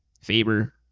Faber